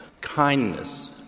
kindness